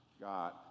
God